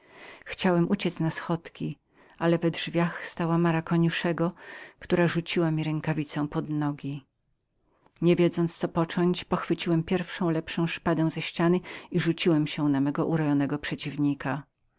chciałem uciec na schodki ale we drzwiach stała mara koniuszego która rzuciła mi rękawicę pod nogi nie wiedząc co począć pochwyciłem pierwszą lepszą szpadę ze ściany i rzuciłem się na mego fantastycznego przeciwnika